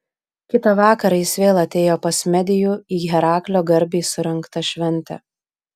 kitą vakarą jis vėl atėjo pas medijų į heraklio garbei surengtą šventę